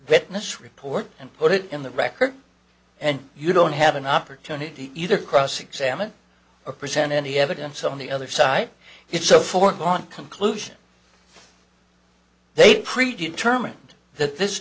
witness report and put it in the record and you don't have an opportunity either cross examine a present any evidence on the other side it's a foregone conclusion they pre determined that this